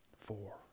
four